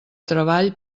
treball